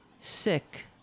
Sick